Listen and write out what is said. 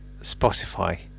spotify